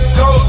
go